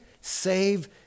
save